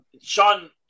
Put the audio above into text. Sean